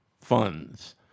funds